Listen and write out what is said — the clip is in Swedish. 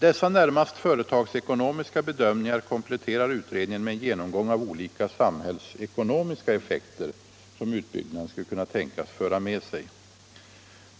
Dessa närmast företagsekonomiska bedömningar kompletterar utredningen med en genomgång av olika samhällsekonomiska effekter som utbyggnaden skulle kunna tänkas föra med sig.